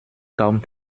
kaum